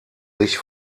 sich